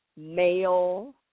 male